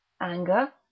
Anger